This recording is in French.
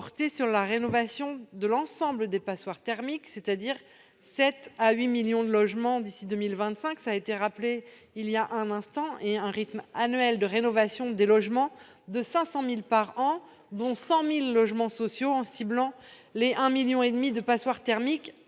sur la rénovation de l'ensemble des passoires thermique, soit 7 à 8 millions de logements d'ici à 2025, et sur un rythme annuel de rénovation des logements de 500 000 par an, dont 100 000 logements sociaux, en ciblant le 1,5 million de passoires thermiques